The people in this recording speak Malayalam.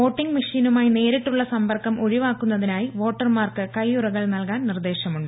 വോട്ടിങ് മെഷീനുമായി നേരിട്ടുള്ള സമ്പർക്കം ഒഴിവാക്കുന്നതിനായി വോട്ടർമാർക്ക് കൈയ്യുറകൾ നൽകാൻ നിർദ്ദേശമുണ്ട്